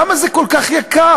למה זה כל כך יקר?